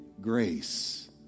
grace